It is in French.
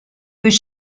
peut